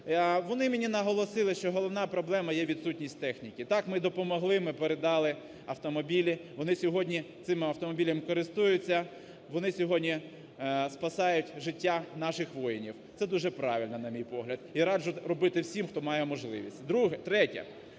Вони мені наголосили, що головна проблема є відсутність техніки. Так, ми допомогли, ми передали автомобілі, вони сьогодні цими автомобілями користуються, вони сьогодні спасають життя наших воїнів. Це дуже правильно, на мій погляд, і раджу робити всім, хто має можливість.